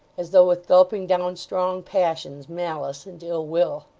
as though with gulping down strong passions, malice, and ill-will.